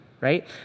right